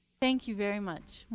thank you very much.